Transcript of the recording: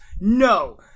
no